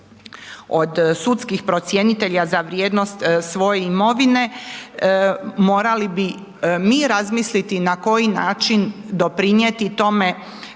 od sudskih procjenitelja za vrijednost svoje imovine, morali bi mi razmisliti na koji način doprinjeti tome